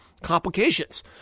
complications